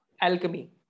Alchemy